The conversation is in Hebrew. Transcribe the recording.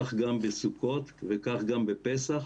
כך גם בסוכות וכך גם בפסח